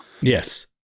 yes